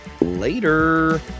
Later